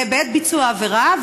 בעת ביצוע העבירה,